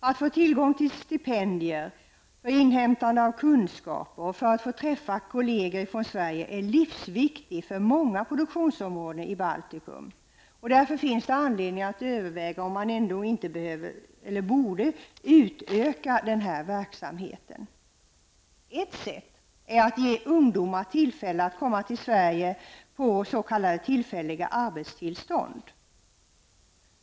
Att få tillgång till stipendier för inhämtande av kunskaper och för att få träffa kollegor från Sverige är livsviktigt för människor på många produktionsområden i Baltikum. Därför finns det anledning att överväga en utökning av den här verksamheten. Ett sätt är att bereda ungdomar tillfälle att komma till Sverige genom s.k. tillfälliga arbetstillstånd.